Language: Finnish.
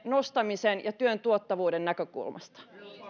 nostamisen ja työn tuottavuuden näkökulmasta